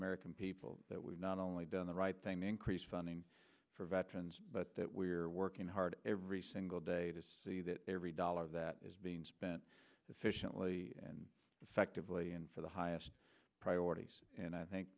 american people that we not only done the right thing to increase funding for veterans but that we're working hard every single day to see that every dollar that is being spent efficiently and effectively and for the highest priorities and i think